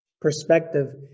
perspective